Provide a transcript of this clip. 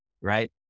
Right